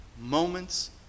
moment's